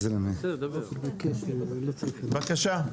בבקשה,